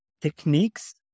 techniques